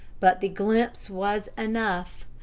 but the glimpse was enough.